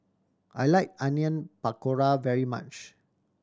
I like Onion Pakora very much